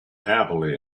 happily